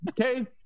Okay